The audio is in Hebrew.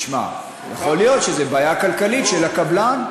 תשמע, יכול להיות שזו בעיה כלכלית של הקבלן.